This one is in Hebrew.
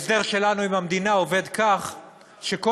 ההסדר שלנו עם המדינה עובד כך שכל